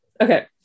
okay